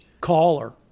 caller